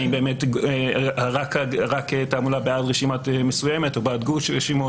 האם רק תעמולה בעד רשימה מסוימת או בעד גוף של רשימות